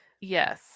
Yes